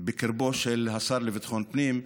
בקרבו של השר לביטחון פנים.